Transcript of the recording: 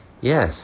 Yes